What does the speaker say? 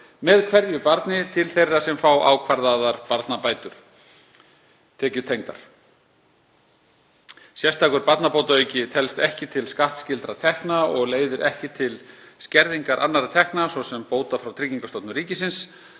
með hverju barni til þeirra sem fá ákvarðaðar barnabætur, tekjutengdar. Sérstakur barnabótaauki telst ekki til skattskyldra tekna og leiðir ekki til skerðingar annarra tekna, svo sem bóta frá Tryggingastofnun ríkisins.